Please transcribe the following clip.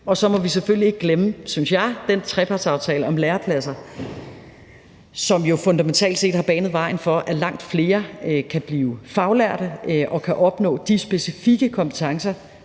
Så må vi selvfølgelig ikke glemme, synes jeg, den trepartsaftale om lærepladser, som jo fundamentalt set har banet vejen for, at langt flere kan blive faglærte og kan opnå de specifikke kompetencer,